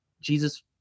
Jesus